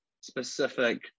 specific